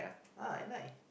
uh at night